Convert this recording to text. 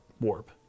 warp